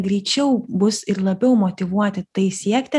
greičiau bus ir labiau motyvuoti tai siekti